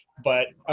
but,